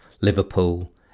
Liverpool